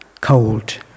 Cold